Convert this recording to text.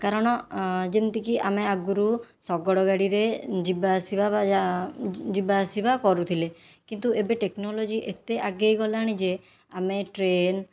କାରଣ ଯେମିତି କି ଆମେ ଆଗରୁ ଶଗଡ଼ ଗାଡ଼ିରେ ଯିବା ଆସିବା ଯିବା ଆସିବା କରୁଥିଲେ କିନ୍ତୁ ଏବେ ଟେକ୍ନୋଲୋଜି ଏତେ ଆଗେଇ ଗଲାଣି ଯେ ଆମେ ଟ୍ରେନ